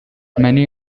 many